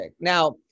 now